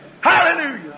Hallelujah